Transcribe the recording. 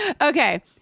Okay